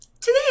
today